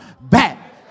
back